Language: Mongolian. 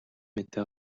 мэдээ